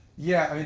yeah,